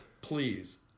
please